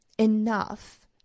enough